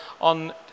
on